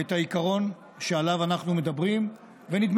את העיקרון שעליו אנחנו מדברים ושנדמה